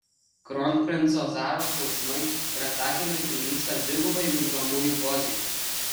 kronprinco zaros klausimai ir atsakymai prilygsta dvigubai migdomųjų dozei